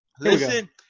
Listen